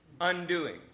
undoing